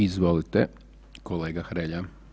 Izvolite, kolega Hrelja.